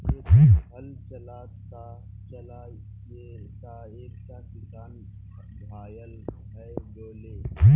खेतत हल चला त चला त एकता किसान घायल हय गेले